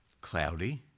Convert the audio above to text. Cloudy